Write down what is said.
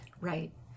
Right